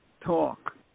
talk